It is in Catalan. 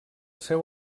seu